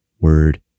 word